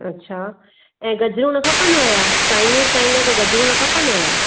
अच्छा ऐं गजरूं न खपनव छा चाइनिज़ ठाईंदा त गजरूं न खपनव छा